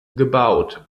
gebaut